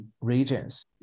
regions